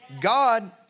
God